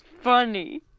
funny